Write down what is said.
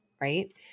right